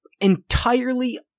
entirely